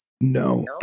No